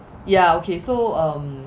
ya okay so um